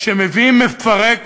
שמביאים מפרק